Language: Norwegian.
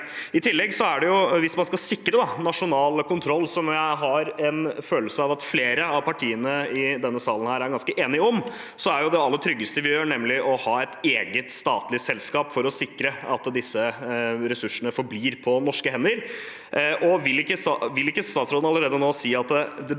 gjelde for Norge. Hvis man skal sikre nasjonal kontroll, noe jeg har en følelse av at flere av partiene i denne salen er ganske enige om, er det aller tryggeste vi gjør, å ha et eget statlig selskap for å sikre at disse ressursene forblir på norske hender. Vil ikke statsråden allerede nå si at det beste